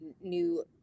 new